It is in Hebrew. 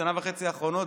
בשנה וחצי האחרונה,